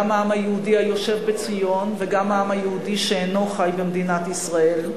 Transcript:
גם העם היהודי היושב בציון וגם העם היהודי שאינו חי במדינת ישראל,